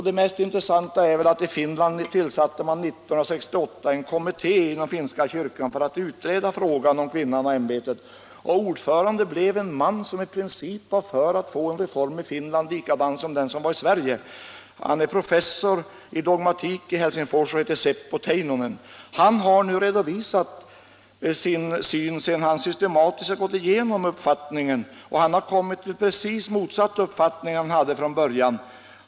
Det mest intressanta i sammanhanget är dock att man i Finland 1968 tillsatte en kommitté inom den finska kyrkan med uppdrag att utreda frågan om kvinnan och prästämbetet, och ordförande i den kommittén blev en man som i princip var för en reform i Finland av samma slag som skett i Sverige 1959. Han är professor i dogmatik i Helsingfors och heter Seppo Teinonen. Han har nu redovisat den ståndpunkt han intar sedan han systematiskt gått igenom frågan, och han har kommit fram till rakt motsatt uppfattning mot den han hade från början.